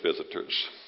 visitors